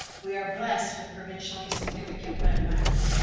we are blessed with provincially significant wetlands,